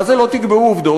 מה זה "לא תקבעו עובדות"?